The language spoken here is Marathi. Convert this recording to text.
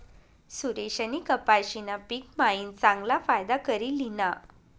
सुरेशनी कपाशीना पिक मायीन चांगला फायदा करी ल्हिना